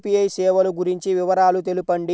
UPI సేవలు గురించి వివరాలు తెలుపండి?